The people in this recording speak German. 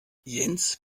jens